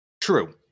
True